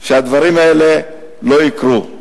שהדברים האלה לא יקרו.